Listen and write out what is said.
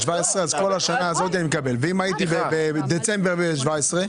אז כל השנה הזו אני מקבל; ואם בדצמבר הייתי בן 17?